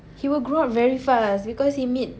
he will grow up because he meet